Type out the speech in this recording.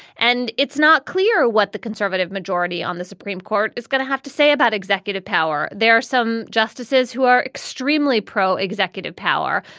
and it's not clear what the conservative majority on the supreme court is going to have to say about executive power. there are some justices who are extremely pro executive power.